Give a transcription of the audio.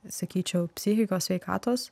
sakyčiau psichikos sveikatos